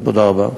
תודה רבה.